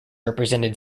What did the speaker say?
represented